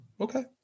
okay